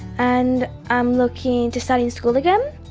and i'm looking to starting school again,